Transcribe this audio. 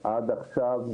הקליטה,